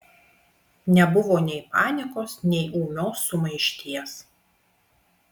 nebuvo nei panikos nei ūmios sumaišties